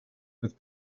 with